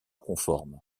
conforme